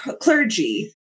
clergy